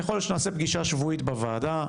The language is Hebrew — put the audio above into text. יכול להיות שנעשה פגישה שבועית בוועדה,